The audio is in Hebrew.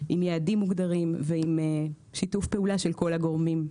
עם יעדים מוגדרים ועם שיתוף פעולה של כל הגורמים.